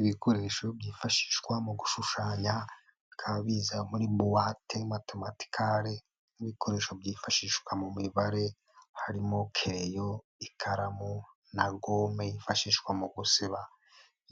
Ibikoresho byifashishwa mu gushushanya bikaba biza muri buwate matematikale ni ibikoresho byifashishwa mu mibare harimo: kereyo, ikaramu na gome yifashishwa mu gusiba